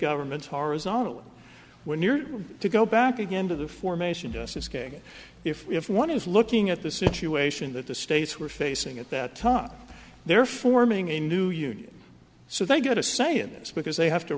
governments horizontally and when you're to go back again to the formation justice kagan if one is looking at the situation that the states were facing at that time they're forming a new union so they get a say in this because they have to